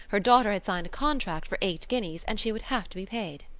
her daughter had signed a contract for eight guineas and she would have to be paid.